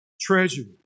Treasury